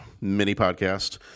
mini-podcast